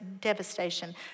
devastation